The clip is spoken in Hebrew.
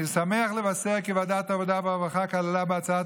אני שמח לבשר כי ועדת העבודה והרווחה כללה בהצעת